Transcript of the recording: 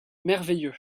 merveilleux